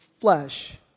flesh